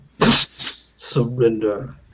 Surrender